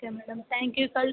okay madam thank you ಕಳ್ಸಿ